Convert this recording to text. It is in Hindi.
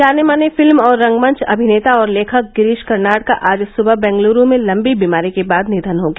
जाने माने फिल्म और रंगमंच अभिनेता और लेखक गिरीश कर्नाड का आज सुबह बेंगलूरू में लंबी बीमारी के बाद निधन हो गया